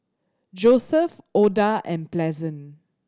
Joesph Oda and Pleasant